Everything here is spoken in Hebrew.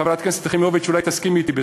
חברת הכנסת יחימוביץ, אולי תסכימי אתי בזה.